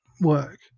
work